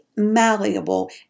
malleable